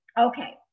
Okay